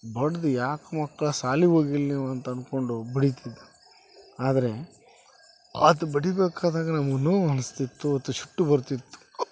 ಬಡಿದು ಯಾಕೆ ಮಕ್ಕಳ ಶಾಲಿಗೆ ಹೋಗಿಲ್ ನೀವು ಅಂತ ಅಂದ್ಕೊಂಡು ಬಡಿತಿದ್ದ ಆದರೆ ಆತ ಬಡಿಬೇಕಾದಾಗ ನಮ್ಗೆ ನೋವು ಅನ್ನಿಸ್ತಿತ್ತು ಅಥವಾ ಸಿಟ್ಟು ಬರ್ತಿತ್ತು